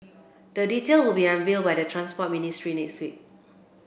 the detail will be unveiled by the Transport Ministry next week